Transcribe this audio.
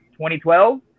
2012